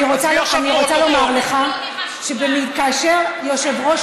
אני רוצה לומר לך שכאשר יושב-ראש